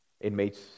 Inmates